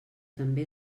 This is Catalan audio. també